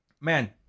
man